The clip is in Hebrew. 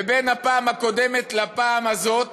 ובין הפעם הקודמת לפעם הזאת